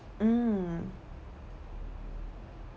mm